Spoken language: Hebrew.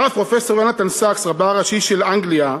הרב פרופסור יונתן סקס, רבה הראשי של אנגליה,